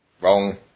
Wrong